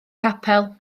capel